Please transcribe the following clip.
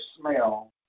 smell